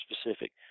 specific